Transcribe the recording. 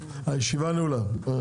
הישיבה ננעלה בשעה